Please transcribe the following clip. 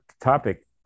topic